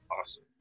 Awesome